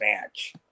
match